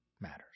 matters